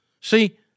See